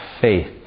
faith